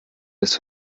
des